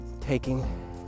taking